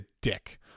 dick